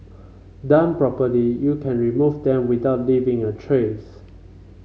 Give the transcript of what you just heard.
done properly you can remove them without leaving a trace